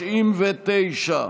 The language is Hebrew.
הסתייגות 899,